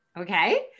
Okay